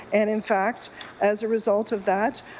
and in fact as a result of that,